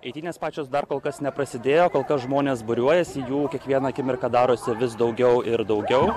eitynės pačios dar kol kas neprasidėjo kol kas žmonės būriuojasi jų kiekvieną akimirką darosi vis daugiau ir daugiau